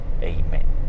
amen